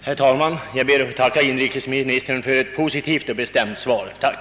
Herr talman! Jag ber att få tacka inrikesministern för ett positivt och bestämt svar. Tack!